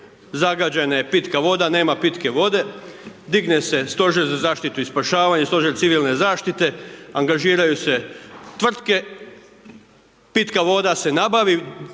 zagađena je pitka voda, nema pitke vode, digne se Stožer za zaštitu i spašavanje, Stožer civilne zaštite, angažiraju se tvrtke, pitka voda se nabavi,